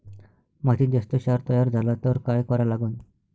मातीत जास्त क्षार तयार झाला तर काय करा लागन?